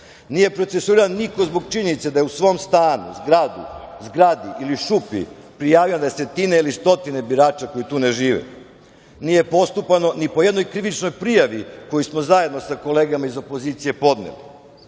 Nije procesuiran niko zbog činjenice da je u svom stanu, zgradi ili šupi prijavio na desetine ili stotine birača koji tu ne žive. Nije postupano ni po jednoj krivičnoj prijavi koju smo zajedno sa kolegama iz opozicije podneli.